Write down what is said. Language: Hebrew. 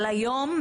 אבל היום,